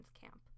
camp